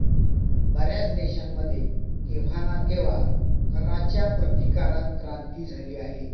बर्याच देशांमध्ये केव्हा ना केव्हा कराच्या प्रतिकारात क्रांती झाली आहे